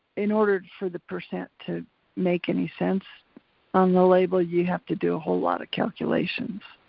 in order for the percent to make any sense on the label you have to do a whole lotta calculations.